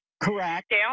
Correct